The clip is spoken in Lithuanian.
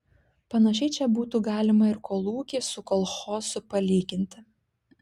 panašiai čia būtų galima ir kolūkį su kolchozu palyginti